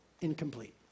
incomplete